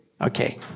Okay